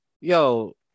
yo